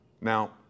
Now